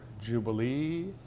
Jubilee